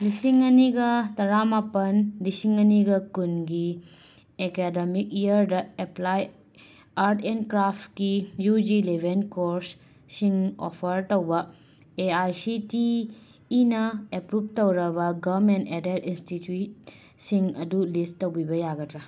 ꯂꯤꯁꯤꯡ ꯑꯅꯤꯒ ꯇꯔꯥꯃꯥꯄꯟ ꯂꯤꯁꯤꯡ ꯑꯅꯤꯒ ꯀꯨꯟꯒꯤ ꯑꯦꯀꯥꯗꯃꯤꯛ ꯏꯌꯥꯔꯗ ꯑꯦꯄ꯭ꯂꯥꯏ ꯑꯥꯔꯠ ꯑꯦꯟ ꯀ꯭ꯔꯥꯐꯀꯤ ꯌꯨꯖꯤ ꯂꯦꯚꯦꯜ ꯀꯣꯔꯁ ꯁꯤꯡ ꯑꯣꯐꯔ ꯇꯧꯕ ꯑꯦ ꯑꯥꯏ ꯁꯤ ꯇꯤ ꯏꯅ ꯑꯦꯄ꯭ꯔꯨꯚ ꯇꯧꯔꯕ ꯒꯃꯦꯟ ꯑꯦꯗꯦꯗ ꯏꯟꯁꯇꯤꯇꯨꯏꯠ ꯁꯤꯡ ꯑꯗꯨ ꯂꯤꯁ ꯇꯧꯕꯤꯕ ꯌꯥꯒꯗ꯭ꯔꯥ